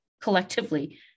collectively